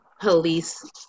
police